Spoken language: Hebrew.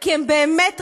כי הם באמת רבים,